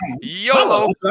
yolo